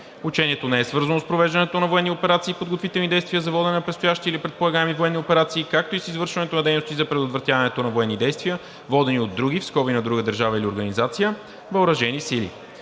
Учението не е свързано с провеждането на военни операции и подготвителни действия за водене на предстоящи или предполагаеми военни операции, както и с извършването на дейности за предотвратяването на военни действия, водени от други (на друга държава или организация) въоръжени сили.